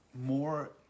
more